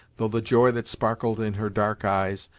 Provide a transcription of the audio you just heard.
though the joy that sparkled in her dark eyes,